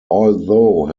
although